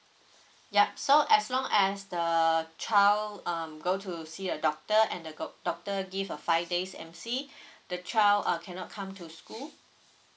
ya so as long as the child um go to see a doctor and the go doctor give a five days emcee the child uh cannot come to school